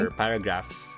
paragraphs